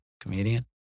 comedian